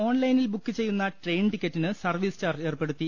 ഓൺലൈനിൽ ബുക്ക്ചെയ്യുന്ന ട്രെയിൻ ടിക്കറ്റിന് സർവീസ് ചാർജ് ഏർപ്പെടുത്തി